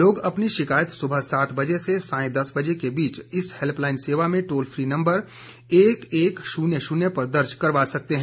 लोग अपनी शिकायत सुबह सात बजे से सायं दस बजे के बीच इस हेल्पलाईन सेवा में टोल फ्री नंबर एक एक शून्य शून्य पर दर्ज करवा सकते हैं